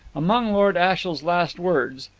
among lord ashiel's last words,